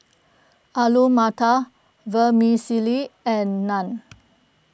Alu Matar Vermicelli and Naan